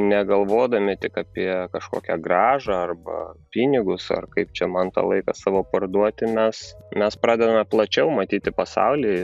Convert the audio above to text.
negalvodami tik apie kažkokią grąžą arba pinigus ar kaip čia man tą laiką savo parduoti mes mes pradedame plačiau matyti pasaulį